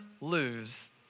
lose